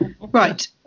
Right